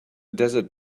desert